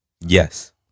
Yes